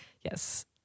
Yes